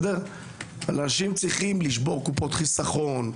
שאנשים צריכים לשבור קופות חיסכון,